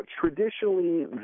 traditionally